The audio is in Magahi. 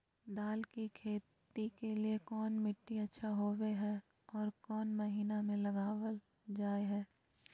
दाल की खेती के लिए कौन मिट्टी अच्छा होबो हाय और कौन महीना में लगाबल जा हाय?